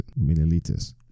milliliters